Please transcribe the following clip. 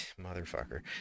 motherfucker